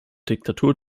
diktatur